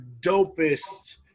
dopest